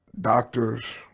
doctors